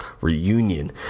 reunion